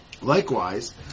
Likewise